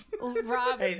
Rob